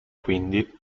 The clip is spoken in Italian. quindi